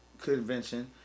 convention